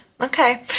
Okay